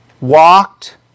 walked